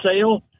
sale